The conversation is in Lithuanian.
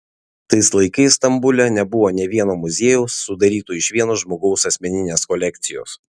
tais laikais stambule nebuvo nė vieno muziejaus sudaryto iš vieno žmogaus asmeninės kolekcijos